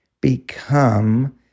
become